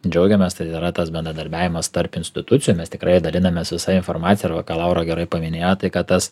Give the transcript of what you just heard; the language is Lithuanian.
džiaugiamės tai yra tas bendradarbiavimas tarp institucijų mes tikrai dalinamės visa informacija ir va ką laura gerai paminėjo tai kad tas